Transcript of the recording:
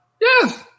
Yes